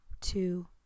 two